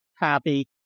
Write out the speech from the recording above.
happy